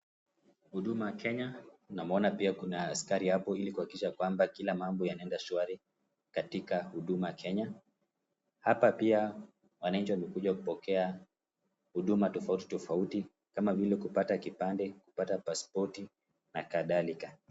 Huduma Kenya, namwona pia kuna askari hapo ili kuhakikisha kwamba kila mambo yanaenda shwari katika huduma Kenya. Hapa pia wananchi wamekuja kupokea huduma tofauti tofauti, kama vile kupata kipande, kupata pasipoti na kadhalika.